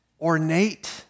ornate